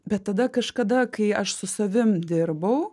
bet tada kažkada kai aš su savim dirbau